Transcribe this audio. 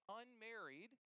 unmarried